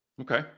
okay